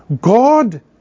God